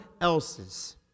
else's